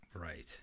Right